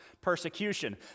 persecution